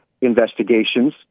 investigations